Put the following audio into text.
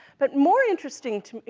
but more interesting, to me,